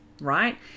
right